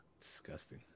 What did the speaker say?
Disgusting